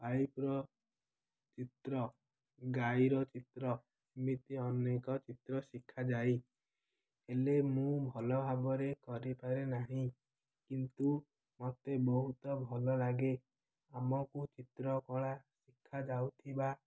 ପାଇପ୍ର ଚିତ୍ର ଗାଈର ଚିତ୍ର ଏମିତି ଅନେକ ଚିତ୍ର ଶିଖାଯାଏ ହେଲେ ମୁଁ ଭଲ ଭାବରେ କରିପାରେ ନାହିଁ କିନ୍ତୁ ମୋତେ ବହୁତ ଭଲ ଲାଗେ ଆମକୁ ଚିତ୍ରକଳା ଶିଖାାଯାଉଥିବା